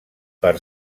per